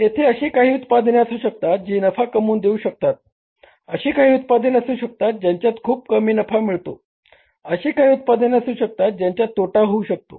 येथे अशी काही उत्पादने असू शकतात जी नफा कमवून देऊ शकतात अशी काही उत्पादने असू शकतात ज्यांच्यात खूप कमी नफा मिळतो अशी काही उत्पादने असू शकतात ज्यांच्यात तोटा होऊ शकतो